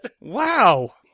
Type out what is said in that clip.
Wow